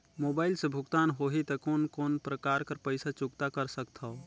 Mobile से भुगतान होहि त कोन कोन प्रकार कर पईसा चुकता कर सकथव?